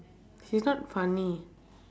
he's not funny